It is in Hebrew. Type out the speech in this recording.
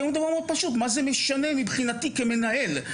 מה זה משנה מבחינתי כמנהל?